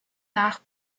nach